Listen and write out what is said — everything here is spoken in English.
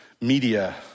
media